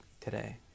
today